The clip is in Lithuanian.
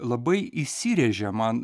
labai įsirėžė man